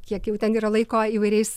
kiek jau ten yra laiko įvairiais